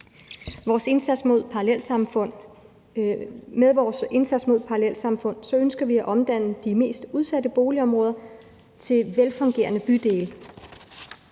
Med vores indsats mod parallelsamfund ønsker vi at omdanne de mest udsatte boligområder til velfungerende bydele,